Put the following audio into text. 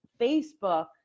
Facebook